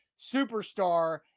superstar